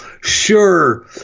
Sure